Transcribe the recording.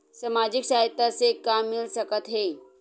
सामाजिक सहायता से का मिल सकत हे?